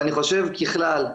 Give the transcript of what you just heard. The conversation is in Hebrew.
אני חושב שככלל,